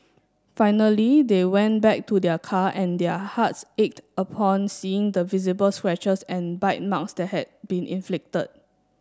finally they went back to their car and their hearts ached upon seeing the visible scratches and bite marks that had been inflicted